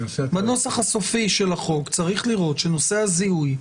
בנוסח הסופי של החוק צריך לראות שנושא הזיהוי,